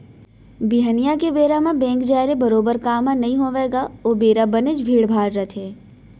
बिहनिया के बेरा म बेंक जाय ले बरोबर काम ह नइ होवय गा ओ बेरा बनेच भीड़ भाड़ रथे